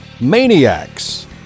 Maniacs